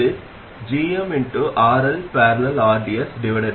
மற்றும் இந்த நிபந்தனை திருப்தி அடையும் போது gmR1 1 இது தோராயமாக viRD||RLR1 ஆகும்